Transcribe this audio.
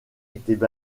étaient